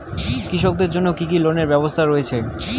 কৃষকদের জন্য কি কি লোনের ব্যবস্থা রয়েছে?